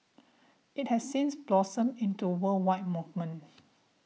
it has since blossomed into worldwide movement